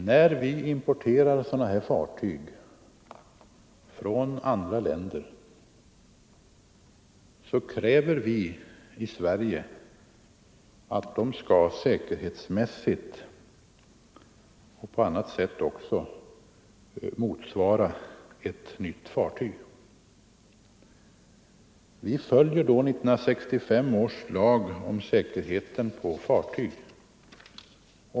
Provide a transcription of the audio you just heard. När vi importerar sådana här fartyg från andra länder kräver vi i Sverige att de säkerhetsmässigt och även på annat sätt skall motsvara ett nytt fartyg. Vi följer då 1965 års lag om säkerheten på fartyg.